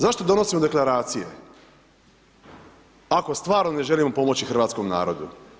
Zašto donosimo deklaracije ako stvarno ne želimo pomoći hrvatskom narodu?